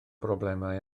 broblemau